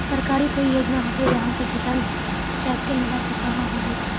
सरकारी कोई योजना होचे जहा से किसान ट्रैक्टर लुबा सकोहो होबे?